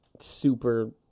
super